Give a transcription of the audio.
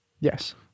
Yes